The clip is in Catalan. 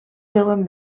veuen